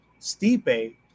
Stipe